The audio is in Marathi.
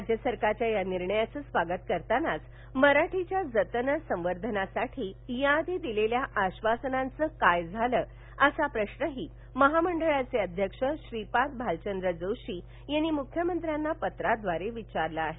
राज्य सरकारच्या या निर्णयाचं स्वागत करतानाच मराठीच्या जतन संवर्धनासाठी या आधी दिलेल्या आश्वासनाच काय झालं असा प्रश्नही महामंडळाचे अध्यक्ष श्रीपाद भालचंद्र जोशी यांनी मुख्यमंत्र्यांना पत्राद्वारे विचारला आहे